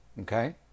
okay